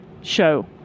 show